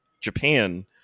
Japan